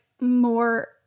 more